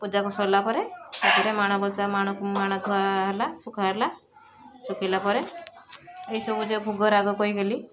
ପୂଜା କରି ସଇଲା ପରେ ତାପରେ ମାଣବସା ମାଣ ମାଣ ଧୁଆ ହେଲା ଶୁଖା ହେଲା ଶୁଖିଲା ପରେ ଏସବୁ ଯେଉଁ ଭୋଗ ରାଗ ପାଇଁ ଗେଲି